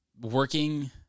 working